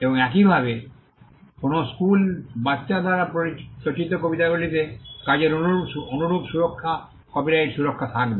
এবং একইভাবে কোনও স্কুল বাচ্চা দ্বারা রচিত কবিতাগুলিতে কাজের অনুরূপ সুরক্ষা কপিরাইট সুরক্ষা থাকবে